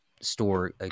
store